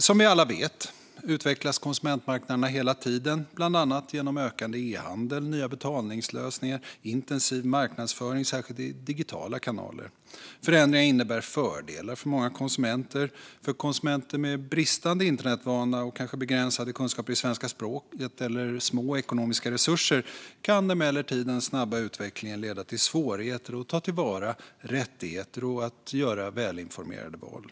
Som vi alla vet utvecklas konsumentmarknaden hela tiden, bland annat genom ökande e-handel, nya betalningslösningar och intensiv marknadsföring, särskilt i digitala kanaler. Förändringar innebär fördelar för många konsumenter. Men för konsumenter med bristande internetvana och kanske begränsade kunskaper i svenska språket eller små ekonomiska resurser kan emellertid den snabba utvecklingen leda till svårigheter att ta till vara rättigheter och att göra välinformerade val.